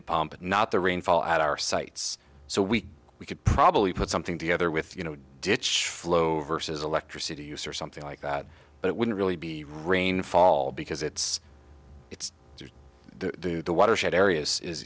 but not the rainfall at our sites so we we could probably put something together with you know ditch flow vs electricity use or something like that but it wouldn't really be rainfall because it's it's the the watershed areas is